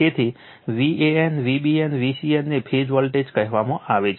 તેથી Van Vbn Vcn ને phase voltage કહેવામાં આવે છે